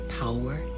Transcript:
power